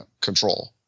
control